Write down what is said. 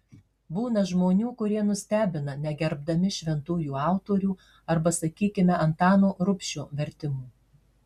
būna žmonių kurie nustebina negerbdami šventųjų autorių arba sakykime antano rubšio vertimų